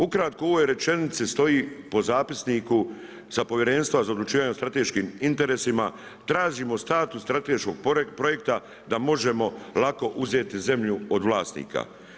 Ukratko u ovoj rečenici stoji po zapisniku sa povjerenstva za odlučivanje o strateškim interesima tražimo status strateškog projekta da možemo lako uzeti zemlju od vlasnika.